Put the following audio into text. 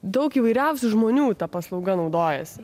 daug įvairiausių žmonių ta paslauga naudojasi